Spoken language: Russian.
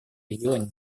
регионе